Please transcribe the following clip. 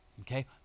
Okay